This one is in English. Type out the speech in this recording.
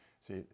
See